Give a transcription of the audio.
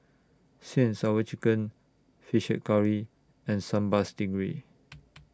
Sweet and Sour Chicken Fish Head Curry and Sambal Stingray